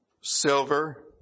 silver